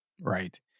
Right